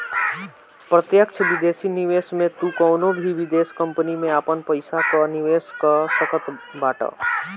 प्रत्यक्ष विदेशी निवेश में तू कवनो भी विदेश कंपनी में आपन पईसा कअ निवेश कअ सकत बाटअ